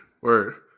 Word